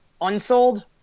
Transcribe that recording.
unsold